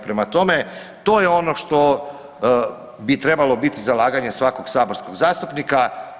Prema tome to je ono što bi trebalo biti zalaganje svakog saborskog zastupnika.